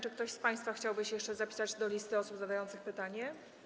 Czy ktoś z państwa chciałby się jeszcze dopisać do listy osób zadających pytania?